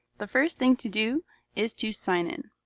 the first thing to do is to sign in.